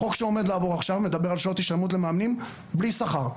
החוק שעומד לעבור עכשיו מדבר על שעות השתלמות למאמנים בלי שכר.